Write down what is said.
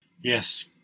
yes